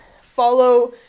follow